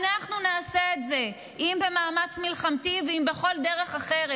אנחנו נעשה את זה אם במאמץ מלחמתי ואם בכל דרך אחרת.